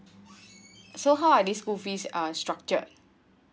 so how are this school fees are structured